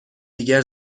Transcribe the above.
دیگر